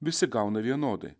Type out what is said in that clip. visi gauna vienodai